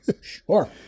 Sure